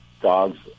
dogs